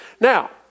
Now